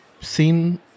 seen